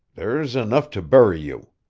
there's enough to bury you.